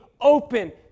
open